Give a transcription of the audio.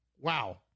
Wow